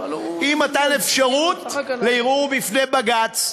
עם מתן אפשרות לערעור בפני בג"ץ.